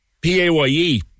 PAYE